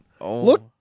Look